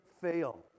fail